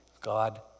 God